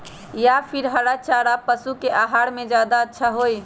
या फिर हरा चारा पशु के आहार में ज्यादा अच्छा होई?